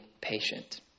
patient